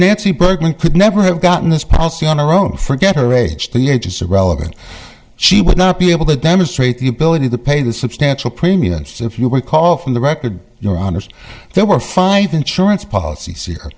nancy bergman could never have gotten this policy on her own forget her age the age is relevant she would not be able to demonstrate the ability to pay the substantial premiums if you recall from the record your honour's there were five insurance policy see her